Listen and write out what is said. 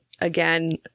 again